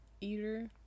eater